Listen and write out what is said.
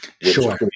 Sure